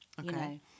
Okay